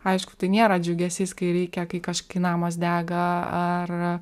aišku tai nėra džiugesys kai reikia kai kažko namas dega ar